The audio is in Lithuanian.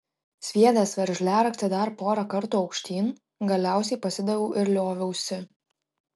sviedęs veržliaraktį dar pora kartų aukštyn galiausiai pasidaviau ir lioviausi